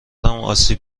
آسیب